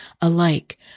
alike